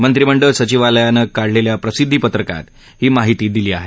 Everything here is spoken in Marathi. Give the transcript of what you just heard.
मंत्रीमंडळ सचीवालयानं काढलेल्या प्रसिद्धीपत्रकात ही माहिती दिली आहे